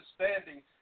understanding